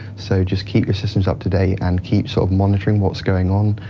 so just keep your systems up to date and keep sort of monitoring what's going on,